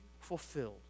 fulfilled